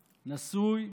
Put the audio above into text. נשוי,